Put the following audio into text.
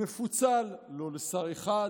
מפוצל, לא לשר אחד,